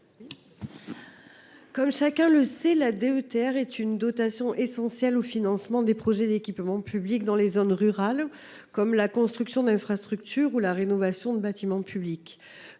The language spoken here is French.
Comme chacun le sait, la DETR est une dotation essentielle au financement des projets d’équipement public dans les zones rurales, comme la construction d’infrastructures ou la rénovation de bâtiments publics.